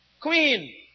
queen